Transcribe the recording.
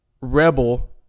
Rebel